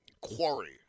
quarry